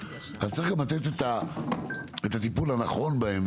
צריך גם לתת את הטיפול הנכון בהם,